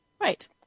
Right